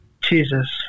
Jesus